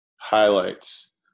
Highlights